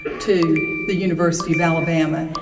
to the university of alabama.